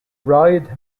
writhed